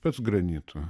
pats granitu